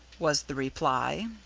was the reply.